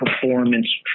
performance